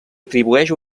atribueix